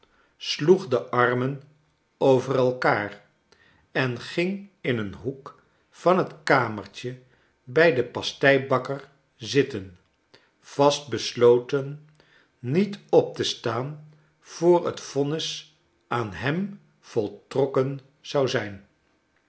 sloeg de armen over elkaar en ging in een hoek van het kamertje bij den pasteibakker zitten vastbesloten niet op te staan voor het vonnis aan hem voltrokken zon zijn